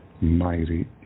mighty